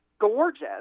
gorgeous